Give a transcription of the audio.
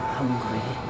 hungry